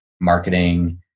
marketing